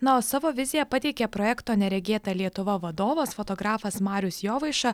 nuo savo viziją pateikė projekto neregėta lietuva vadovas fotografas marius jovaiša